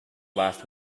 last